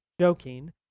joking